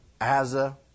Asa